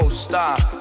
Stop